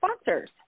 sponsors